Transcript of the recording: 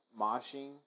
moshing